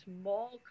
small